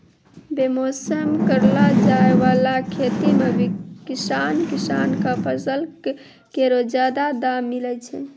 बेमौसम करलो जाय वाला खेती सें किसान किसान क फसल केरो जादा दाम मिलै छै